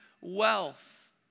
wealth